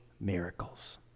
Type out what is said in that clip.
miracles